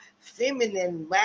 feminine